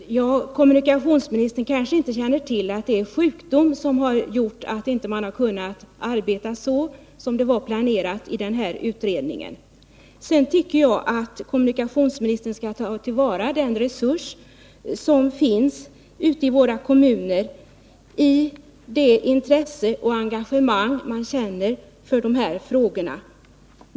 Herr talman! Kommunikationsministern kanske inte känner till att det är på grund av sjukdom som utredningen inte har kunnat arbeta så som det var planerat. Jag tycker att kommunikationsministern skall medverka till att man tar till vara den resurs som finns ute i våra kommuner i form av det intresse och engagemang man känner för de här frågorna.